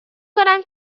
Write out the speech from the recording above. کنم